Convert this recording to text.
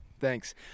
Thanks